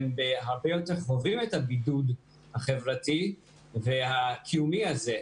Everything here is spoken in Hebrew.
הם הרבה יותר חווים את הבידוד החברתי והקיומי הזה.